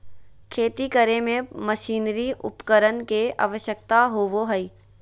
खेती करे में मशीनरी उपकरण के आवश्यकता होबो हइ